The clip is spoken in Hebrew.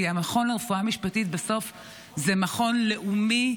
כי המכון לרפואה משפטית הוא בסוף מכון לאומי,